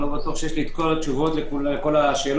לא בטוח שיש לי כל התשובות לכל השאלות,